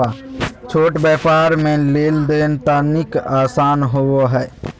छोट व्यापार मे लेन देन तनिक आसान होवो हय